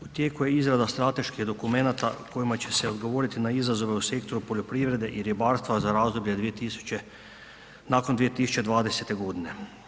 U tijeku je izrada strateških dokumenata kojima će odgovoriti na izazove u sektoru poljoprivrede i ribarstva za razdoblje nakon 2020. godine.